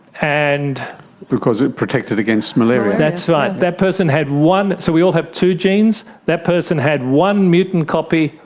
and because it protected against malaria. that's right, that person had one, so we all have two genes, that person had one mutant copy,